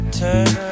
turn